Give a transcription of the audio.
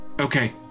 Okay